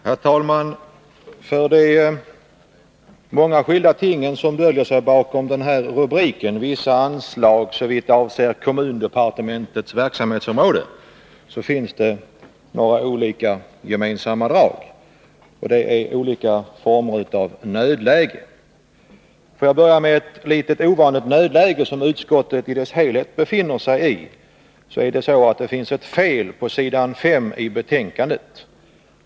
Herr talman! För de många skilda ting som döljer sig bakom rubriken ”Vissa anslag såvitt avser kommundepartementets verksamhetsområde” finns det några gemensamma drag. Det rör sig om olika former av nödläge. Ett litet ovanligt nödläge som utskottet i sin helhet befinner sig i är att det finns ett fel på s. 5 i betänkandet.